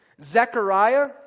Zechariah